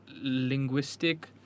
linguistic